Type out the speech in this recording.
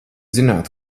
zināt